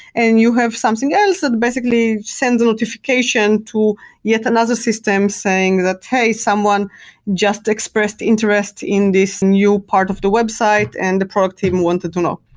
and you have something else that basically send a notification to yet another system saying that, hey, someone just expressed interest in this new part of the website and the product team wanted to know.